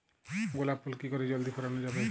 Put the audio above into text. গোলাপ ফুল কি করে জলদি ফোটানো যাবে?